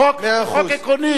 חוק עקרוני,